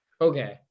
Okay